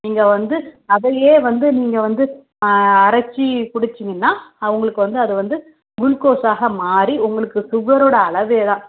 நீங்கள் வந்து அதையே வந்து நீங்கள் வந்து ஆ அரைத்து குடிச்சிங்கன்னால் ஆ உங்களுக்கு வந்து அது வந்து குளுக்கோஸ்ஸாக மாறி உங்களுக்கு ஸுகரோடய அளவே தான்